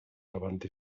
davant